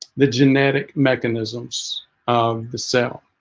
the genetic mechanisms of the cell